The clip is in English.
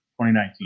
2019